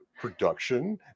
production